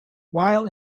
while